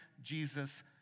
Jesus